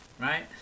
right